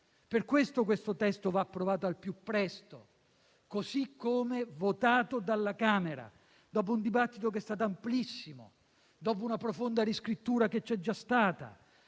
provvedimento in esame va approvato al più presto, così come votato dalla Camera, dopo un dibattito che è stato amplissimo, dopo una profonda riscrittura che c'è già stata.